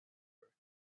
her